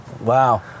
Wow